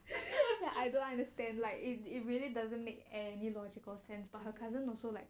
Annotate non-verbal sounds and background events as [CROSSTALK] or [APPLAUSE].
[LAUGHS] ya I don't understand like if it really doesn't make any logical sense by her cousin also like